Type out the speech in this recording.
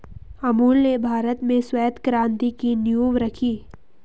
अमूल ने भारत में श्वेत क्रान्ति की नींव रखी